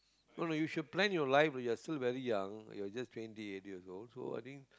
you should plan your life while your still very young your just twenty eight years old so I think